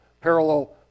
parallel